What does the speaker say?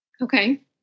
Okay